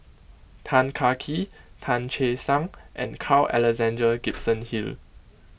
Tan Kah Kee Tan Che Sang and Carl Alexander Gibson Hill